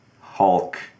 Hulk